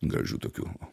gražių tokių